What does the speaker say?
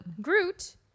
Groot